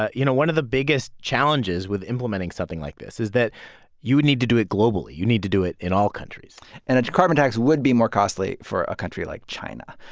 ah you know, one of the biggest challenges with implementing something like this is that you would need to do it globally. you need to do it in all countries and a carbon tax would be more costly for a country like china.